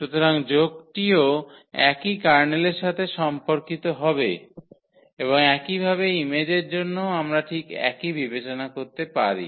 সুতরাং যোগটিও একই কার্নেলের সাথে সম্পর্কিত হবে এবং একইভাবে ইমেজের জন্যও আমরা ঠিক একই বিবেচনা করতে পারি